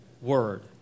word